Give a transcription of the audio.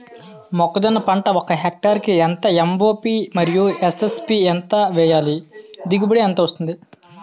మొక్కజొన్న పంట ఒక హెక్టార్ కి ఎంత ఎం.ఓ.పి మరియు ఎస్.ఎస్.పి ఎంత వేయాలి? దిగుబడి ఎంత వస్తుంది?